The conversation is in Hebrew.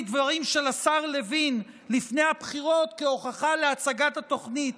דברים של השר לוין לפני הבחירות כהוכחה להצגת התוכנית,